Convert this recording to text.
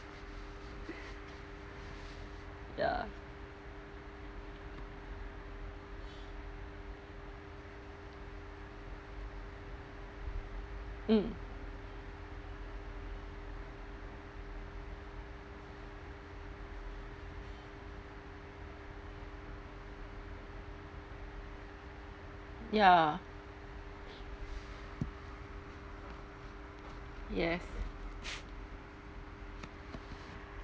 ya mm ya yes